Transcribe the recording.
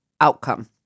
outcome